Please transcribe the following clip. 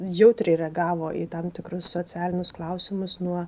jautriai reagavo į tam tikrus socialinius klausimus nuo